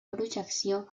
projecció